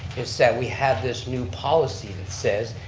it's that we have this new policy that says,